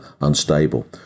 unstable